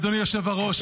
אדוני היושב-ראש,